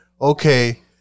Okay